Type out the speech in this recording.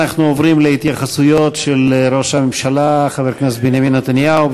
אנחנו עוברים להתייחסויות של ראש הממשלה חבר הכנסת בנימין נתניהו.